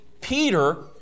peter